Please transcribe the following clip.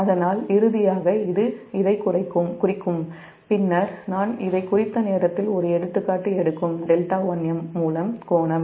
அதனால்இறுதியாக இது இதைக் குறிக்கும் பின்னர் நான் இதைக் குறித்த நேரத்தில் எடுக்கும் δ1m மூலம் கோணம்